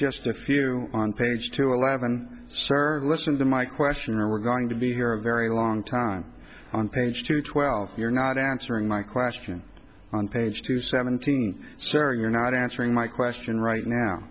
just a few on page two eleven serve listen to my questioner we're going to be here a very long time on page two twelve you're not answering my question on page two seventeen so you're not answering my question right now